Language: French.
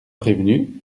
prévenue